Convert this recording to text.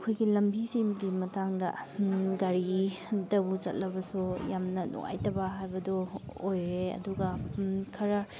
ꯑꯩꯈꯣꯏꯒꯤ ꯂꯝꯕꯤꯁꯤꯡꯒꯤ ꯃꯇꯥꯡꯗ ꯒꯥꯔꯤ ꯑꯝꯇꯕꯨ ꯆꯠꯂꯕꯁꯨ ꯌꯥꯝꯅ ꯅꯨꯡꯉꯥꯏꯇꯕ ꯍꯥꯏꯕꯗꯨ ꯑꯣꯏꯔꯦ ꯑꯗꯨꯒ ꯈꯔ